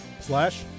slash